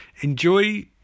enjoy